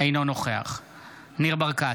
אינו נוכח ניר ברקת,